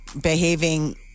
behaving